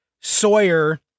Sawyer